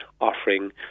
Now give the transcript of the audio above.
offering